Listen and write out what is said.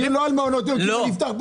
הדיון הוא לא על מעונות יום כי אם נפתח פה